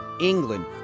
England